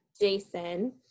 Jason